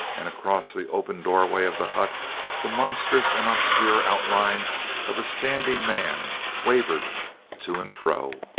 and across the open doorway of the hut the monstrous and obscure outline of a standing man wavered to and fro.